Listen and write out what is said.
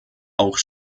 auch